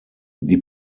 die